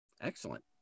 excellent